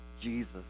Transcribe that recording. Jesus